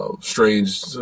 strange